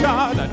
God